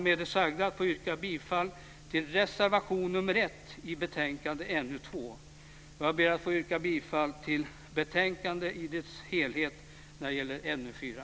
Med det sagda ber jag att få yrka bifall till reservation 1 i betänkande NU2 och till förslaget i dess helhet i betänkande NU4.